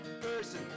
person